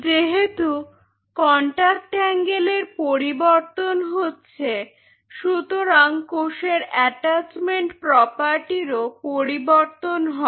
যেহেতু কন্টাক্ট অ্যাঙ্গেলের পরিবর্তন হচ্ছে সুতরাং কোষের অ্যাটাচমেন্ট প্রপার্টিরও পরিবর্তন হবে